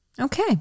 Okay